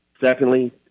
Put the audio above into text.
Secondly